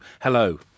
Hello